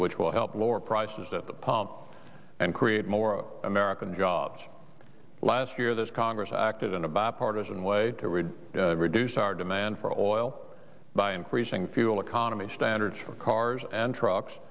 which will help lower prices at the pump and create more american jobs last year this congress acted in a bipartisan way that would reduce our demand for oil by increasing fuel economy standards for cars and trucks